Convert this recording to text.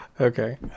Okay